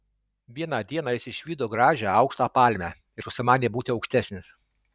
vieną dieną jis išvydo gražią aukštą palmę ir užsimanė būti aukštesnis